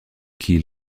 qui